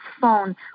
phone